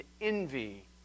envy